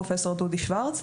פרופ' דודי שוורץ,